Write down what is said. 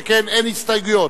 שכן אין הסתייגויות.